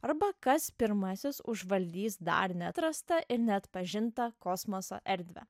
arba kas pirmasis užvaldys dar neatrastą ir neatpažintą kosmoso erdvę